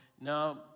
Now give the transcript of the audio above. Now